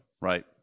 right